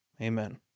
Amen